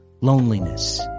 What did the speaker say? loneliness